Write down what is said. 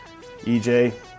EJ